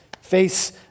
face